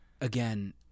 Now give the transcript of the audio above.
Again